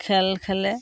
খেল খেলে